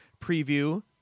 preview